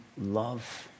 love